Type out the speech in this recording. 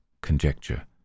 conjecture